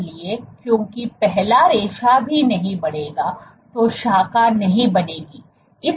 इसलिए क्योंकि पहला रेशा ही नहीं बढ़ेगा तो शाखा नहीं बनेगी